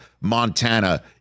Montana